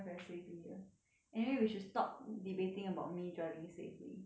anyway we should stop debating about me driving safely must trust 我